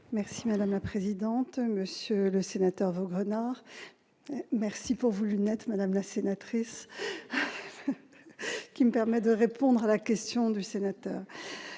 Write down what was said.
Merci madame la présidente, monsieur le sénateur, Vaugrenard merci pour vous, lunettes, madame la sénatrice, qui me permet de répondre à la question du sénateur,